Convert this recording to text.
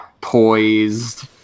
poised